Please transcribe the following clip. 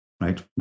Right